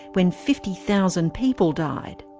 when fifty thousand people died.